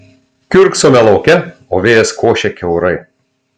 kiurksome lauke o vėjas košia kiaurai